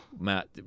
Matt